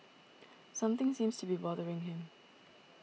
something seems to be bothering him